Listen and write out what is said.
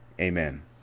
Amen